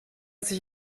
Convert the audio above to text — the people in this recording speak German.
sich